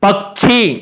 पक्षी